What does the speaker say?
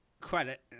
credit